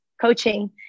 coaching